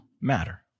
matter